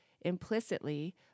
implicitly